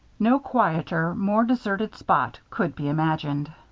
no quieter, more deserted spot could be imagined.